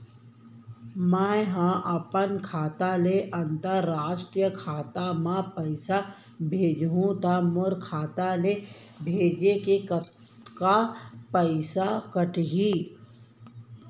मै ह अपन खाता ले, अंतरराष्ट्रीय खाता मा पइसा भेजहु त मोर खाता ले, भेजे के कतका पइसा कटही?